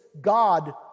God